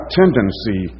tendency